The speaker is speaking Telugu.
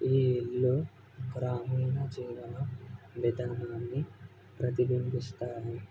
ఈ ఇల్లు గ్రామీణ జీవన విధానాన్ని ప్రతిబింబిస్తాయి